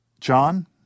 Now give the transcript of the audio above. John